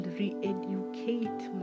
reeducate